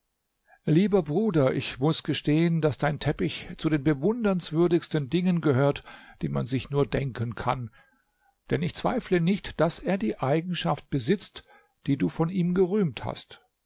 lieber bruder ich muß gestehen daß dein teppich zu den bewundernswürdigsten dingen gehört die man sich nur denken kann denn ich zweifle nicht daß er die eigenschaft besitzt die du von ihm gerühmt hast